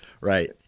Right